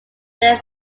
their